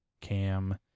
cam